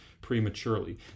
prematurely